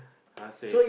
I say